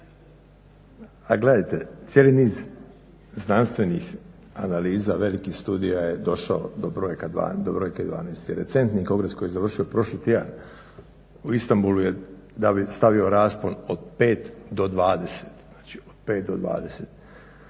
Gledajte, cijeli niz znanstvenih analiza, velikih studija je došao do brojke 12 i recentni kongres koji je završio prošli tjedan u Istanbulu je stavio raspon od 5 do 20,